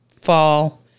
fall